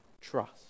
trust